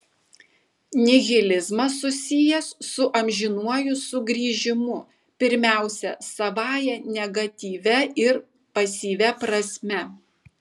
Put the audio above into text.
nihilizmas susijęs su amžinuoju sugrįžimu pirmiausia savąja negatyvia ir pasyvia prasme